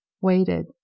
waited